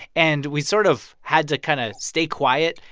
and we sort of had to kind of stay quiet,